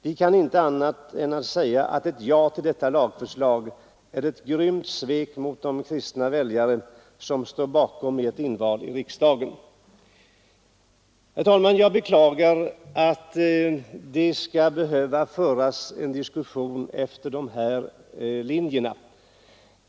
Vi kan inte annat än säga att ett ja till detta lagförslag är ett grymt svek mot de kristna väljare som stått bakom Er i Ert inval till riksdagen.” Herr talman! Jag beklagar att det skall behöva föras en diskussion efter de här linjerna.